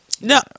No